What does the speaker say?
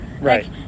right